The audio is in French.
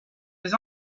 les